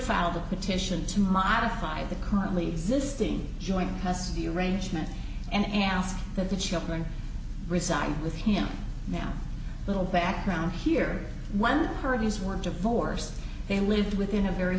the petition to modify the currently existing joint custody arrangement and that the children reside with him now a little background here one of these weren't divorced they lived within a very